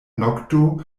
nokto